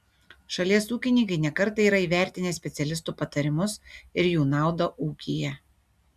šalies ūkininkai ne kartą yra įvertinę specialistų patarimus ir jų naudą ūkyje